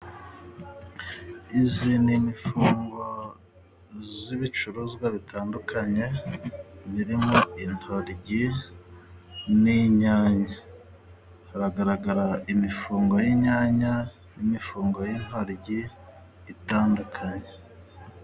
Izi ni imfungo z'ibicuruzwa bitandukanye, birimo intoryi n'inyanya hagaragara imifungo y'inyanya n'imifungo y'intoryi itandukanye.